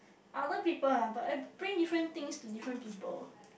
other people ah but bring different things to different people